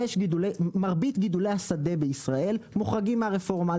מרבית גידולי השדה בישראל מוחרגים מהרפורמה,